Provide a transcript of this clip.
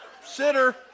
sitter